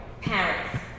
parents